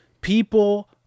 people